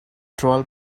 troll